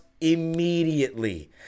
immediately